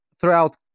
throughout